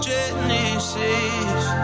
Genesis